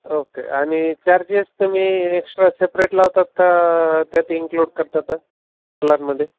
okay आणि charges तुम्ही extra separate लावतात का त्यात इन्क्लूड करतात फुलांमध्ये